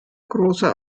großer